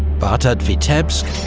but at vitebsk,